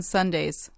Sundays